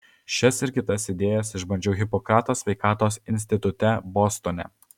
šias ir kitas idėjas išbandžiau hipokrato sveikatos institute bostone